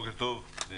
בוקר טוב לכולם,